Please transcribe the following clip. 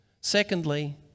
secondly